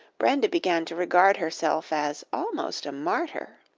brenda began to regard herself as almost a martyr.